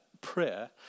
prayer